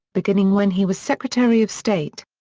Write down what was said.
beginning when he was secretary of state.